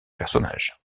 personnages